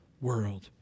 world